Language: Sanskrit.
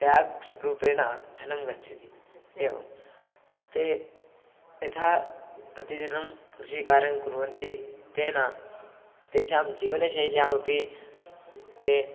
टेक्स् रूपेण धनं गच्छति एवं ते यथा प्रतिदिनं कृषिकार्यं कुर्वन्ति तेन तेषां जीवनशैल्यामपि ते